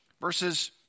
verses